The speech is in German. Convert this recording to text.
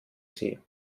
sie